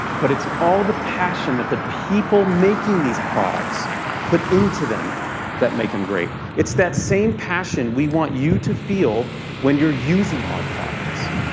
but it's all the passion that the people making these products put into them that make them great. it's that same passion we want you to feel when you're using our products.